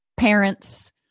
Parents